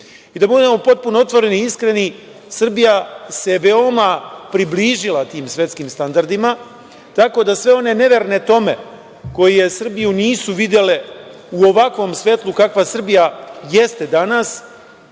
budemo potpuno otvoreni i iskreni, Srbija se veoma približila tim svetskim standardima, tako da sve one neverne Tome koje Srbiju nisu videle u ovakvom svetlu kakva Srbija jeste danas,